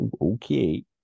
okay